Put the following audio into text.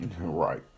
Right